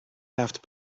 laughed